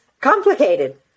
complicated